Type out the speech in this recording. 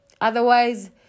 Otherwise